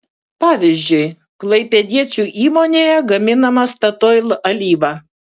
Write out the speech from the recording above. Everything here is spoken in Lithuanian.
pavyzdžiui klaipėdiečių įmonėje gaminama statoil alyva